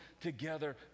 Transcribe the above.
together